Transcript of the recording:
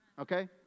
okay